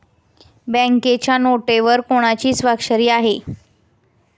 बँकेच्या नोटेवर कोणाची स्वाक्षरी आहे?